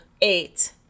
eight